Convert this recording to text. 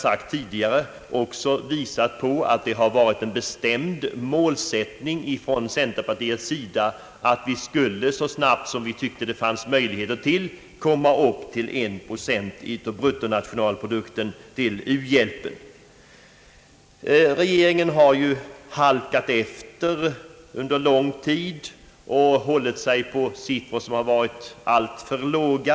Jag har också visat på att det har varit en bestämd målsättning från centerpartiets sida att så snabbt som möj ligt komma upp till en procent av bruttonationalprodukten till u-hjälpen. Regeringen har ju halkat efter under lång tid och hållit sig till siffror som varit alltför låga.